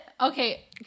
okay